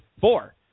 four